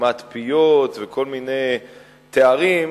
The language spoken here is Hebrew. סתימת פיות וכל מיני תארים,